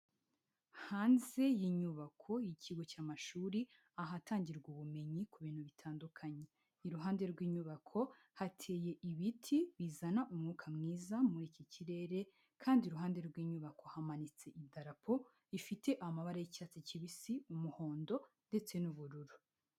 Hanze y'inyubako y'ikigo cy'amashuri ahatangirwa ubumenyi ku bintu bitandukanye. Iruhande rw'inyubako hateye ibiti bizana umwuka mwiza muri iki kirere kandi iruhande rw'inyubako hamanitse idarapo rifite amabara y'icyatsi kibisi, umuhondo ndetse n'ubururu.